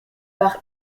par